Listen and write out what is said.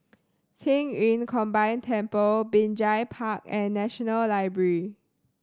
Qing Yun Combined Temple Binjai Park and National Library